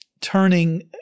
turning